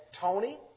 Tony